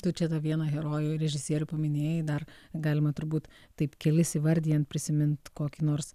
tu čia tą vieną herojų režisierių paminėjai dar galima turbūt taip kelis įvardijant prisimint kokį nors